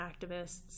activists